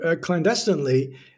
clandestinely